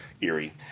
eerie